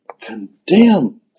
condemned